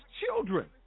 children